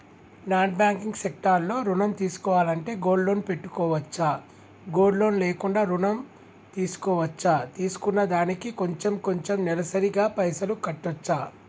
Non banking sector లో ఋణం తీసుకోవాలంటే గోల్డ్ లోన్ పెట్టుకోవచ్చా? గోల్డ్ లోన్ లేకుండా కూడా ఋణం తీసుకోవచ్చా? తీసుకున్న దానికి కొంచెం కొంచెం నెలసరి గా పైసలు కట్టొచ్చా?